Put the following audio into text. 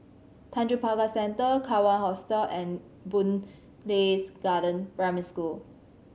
Tanjong Pagar Centre Kawan Hostel and Boon Lays Garden Primary School